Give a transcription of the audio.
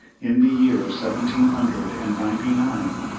in the year seventeen hundred and ninety-nine,